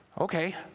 Okay